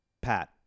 Pat